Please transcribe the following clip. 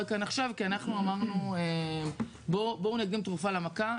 כאן עכשיו כי אנחנו אמרנו 'בואו נקדים תרופה למכה',